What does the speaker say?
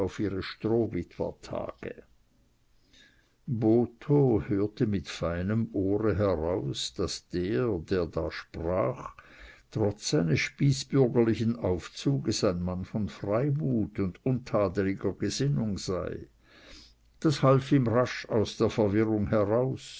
ihre strohwitwertage botho hörte mit feinem ohre heraus daß der der da sprach trotz seines spießbürgerlichen aufzuges ein mann von freimut und untadeliger gesinnung sei das half ihm rasch aus seiner verwirrung heraus